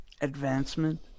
advancement